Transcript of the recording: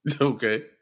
Okay